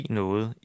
noget